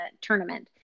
tournament